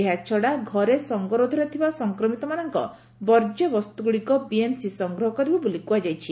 ଏହାଛଡ଼ା ଘରେ ସଙ୍ଗରୋଧରେ ଥିବା ସଂକ୍ରମିତମାନଙ୍କ ବର୍ଜ୍ୟବସ୍ତୁଗୁଡିକ ବିଏମ୍ସି ସଂଗ୍ରହ କରିବ ବୋଲି କୁହାଯାଇଛି